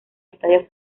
estadio